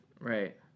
right